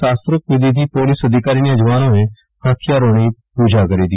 શાસ્ત્રોક્ત વિઘિથી પોલીસ અધિકારી અને જવાનોએ હથિયારોની પુજા કરી હતી